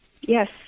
Yes